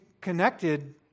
connected